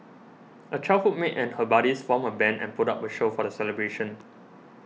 a childhood mate and her buddies formed a band and put up a show for the celebration